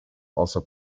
also